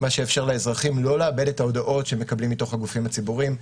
מה שיאפשר לאזרחים לא לאבד את ההודעות שהם מקבלים מהגופים הציבוריים.